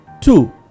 Two